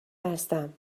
هستم